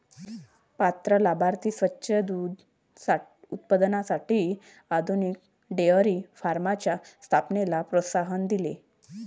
पात्र लाभार्थी स्वच्छ दूध उत्पादनासाठी आधुनिक डेअरी फार्मच्या स्थापनेला प्रोत्साहन देणे